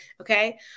okay